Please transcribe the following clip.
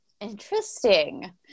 Interesting